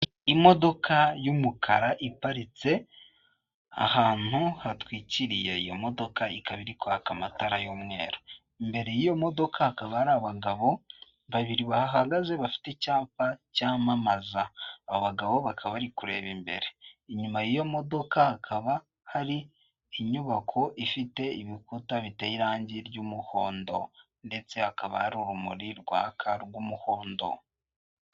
Imodoka y'umukara iparitse ahantu hatwikiriye; iyo modoka ikaba iri kwaka amatara y'umweru. Imbere y'iyo modoka hakaba hari abagabo babiri bahagaze bafite icyapa cyamamaza; abo bagabo bakaba bari kureba imbere. Inyuma y'iyo modoka hakaba hari inyubako ifite ibikuta biteye irangi ry'umuhondo ndetse hakaba hari urumuri rwaka rw'umuhondo.